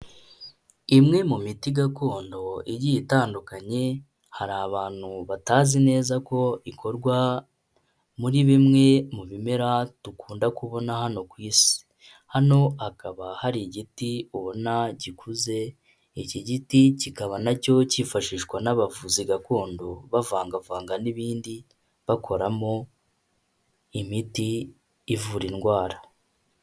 Imwe mu miti gakondo igiye itandukanye, hari abantu batazi neza ko ikorwa muri bimwe mu bimera dukunda kubona hano ku isi. Hano hakaba hari igiti ubona gikuze, iki giti kikaba nacyo cyifashishwa n'abavuzi gakondo bavangavanga n'ibindi bakoramo imiti ivura indwara.